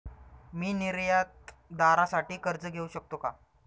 मी निर्यातदारासाठी कर्ज घेऊ शकतो का?